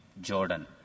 Jordan